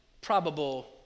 probable